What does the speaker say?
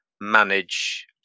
manage